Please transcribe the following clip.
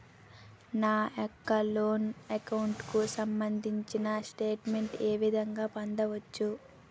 నా యెక్క loan account కు సంబందించిన స్టేట్ మెంట్ ఏ విధంగా పొందవచ్చు?